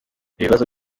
bibazo